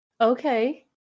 Okay